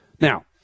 Now